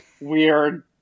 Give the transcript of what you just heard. weird